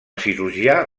cirurgià